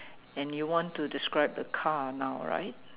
and you want to describe the car now right